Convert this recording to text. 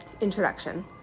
Introduction